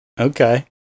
Okay